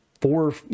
four